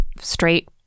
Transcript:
straight